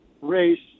race